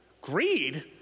Greed